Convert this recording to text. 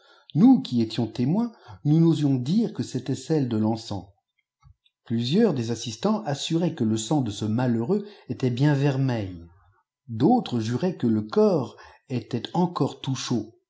mous qui étions témoins nous n'osions dire que c'était celle de l'encens plusieurs des assistants assuraient que le sang de ce malheureux çijail bien vermeil d'autres juraient que le corps était encore tout cnaud